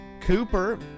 Cooper